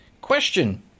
Question